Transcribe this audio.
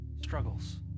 struggles